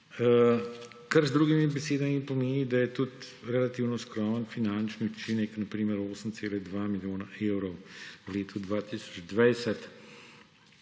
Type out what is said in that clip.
kar z drugimi besedami pomeni, da je tudi relativno skromen finančni učinek. Na primer 8,2 milijona evrov v letu 2020